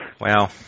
Wow